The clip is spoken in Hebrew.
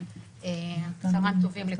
צהריים טובים.